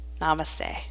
Namaste